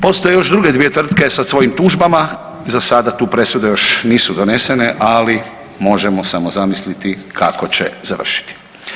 Postoje još druge dvije tvrtke sa svojim tužbama za sada tu presude još nisu donesene, ali možemo samo zamisliti kako će završiti.